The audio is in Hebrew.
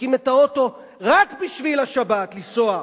שמחזיקים את האוטו רק בשביל השבת, לנסוע.